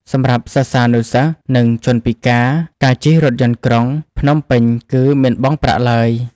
សម្រាប់សិស្សានុសិស្ស និងជនពិការ ការជិះរថយន្តក្រុងក្រុងភ្នំពេញគឺមិនបង់ប្រាក់ឡើយ។